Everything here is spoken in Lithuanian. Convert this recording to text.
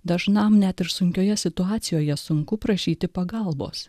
dažnam net ir sunkioje situacijoje sunku prašyti pagalbos